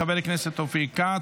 חבר הכנסת אופיר כץ,